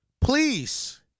Please